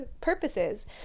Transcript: purposes